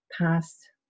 past